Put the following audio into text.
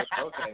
Okay